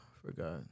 Forgot